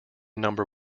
number